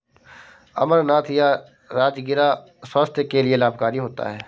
अमरनाथ या राजगिरा स्वास्थ्य के लिए लाभकारी होता है